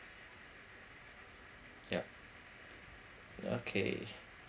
yeah okay